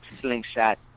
slingshot